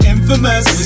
Infamous